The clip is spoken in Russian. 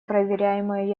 проверяемое